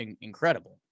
incredible